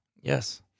Yes